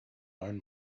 own